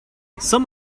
some